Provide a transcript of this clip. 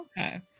Okay